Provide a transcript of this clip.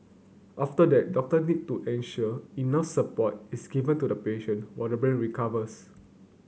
after that doctor need to ensure enough support is given to the patient while the brain recovers